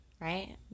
right